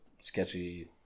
sketchy